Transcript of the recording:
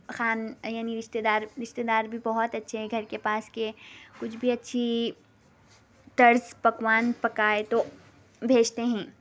خان یعنی رشتے دار رشتے دار بھی بہت اچھے ہیں گھر کے پاس کے کچھ بھی اچھی طرز پکوان پکائے تو بھیجتے ہیں